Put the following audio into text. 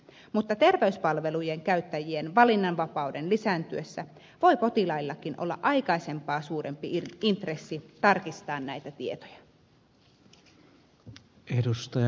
mutta terveyspalvelujen käyttäjien valinnanvapauden lisääntyessä voi potilaillakin olla aikaisempaa suurempi intressi tarkistaa näitä tietoja